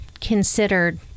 considered